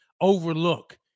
overlook